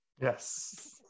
Yes